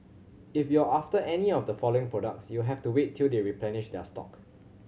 if you're after any of the following products you'll have to wait till they replenish their stock